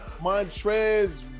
Montrez